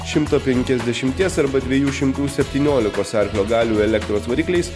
šimto penkiasdešimties arba dviejų šimtų septyniolikos arklio galių elektros varikliais